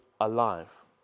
alive